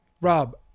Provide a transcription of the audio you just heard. Rob